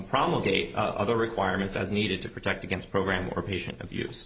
promulgating other requirements as needed to protect against program or patient abuse